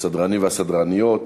לסדרנים ולסדרניות.